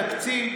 התקציב